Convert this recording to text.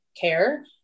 care